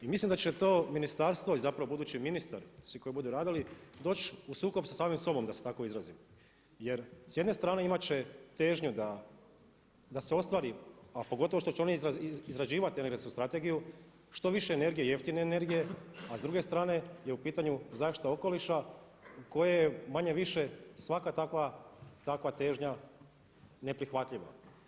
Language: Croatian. I mislim da će to ministarstvo i zapravo budući ministar, svi koji budu radili doći u sukob sa samim sobom da se tako izrazim jer s jedne strane imat će težnju da se ostvari a pogotovo što će oni izrađivati energetsku strategiju, što više energije, jeftine energije a s druge strane je u pitanju zaštita okoliša koje manje-više svaka takva težnja je neprihvatljiva.